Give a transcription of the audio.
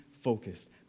focused